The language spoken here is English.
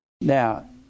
Now